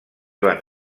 van